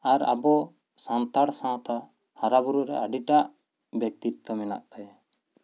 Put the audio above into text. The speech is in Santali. ᱟᱨ ᱟᱵᱚ ᱥᱟᱱᱛᱟᱲ ᱥᱟᱶᱛᱟ ᱦᱟᱨᱟ ᱵᱩᱨᱩ ᱨᱮ ᱟᱹᱰᱤ ᱴᱟᱜ ᱵᱮᱠᱛᱤᱛᱛᱚ ᱢᱮᱱᱟᱜ ᱛᱟᱭᱟ